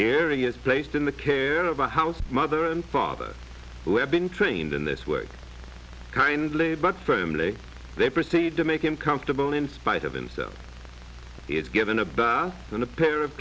areas placed in the care of a house mother and father who have been trained in this work kindly but firmly they proceed to make him comfortable in spite of himself is given a bath and a pair of